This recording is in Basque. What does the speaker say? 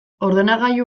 ordenagailu